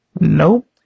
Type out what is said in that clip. Nope